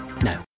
No